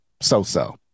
so-so